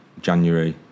January